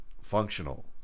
functional